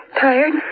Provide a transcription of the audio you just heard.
Tired